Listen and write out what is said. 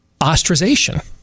ostracization